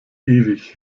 ewig